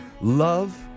Love